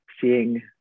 seeing